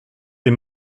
les